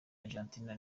argentine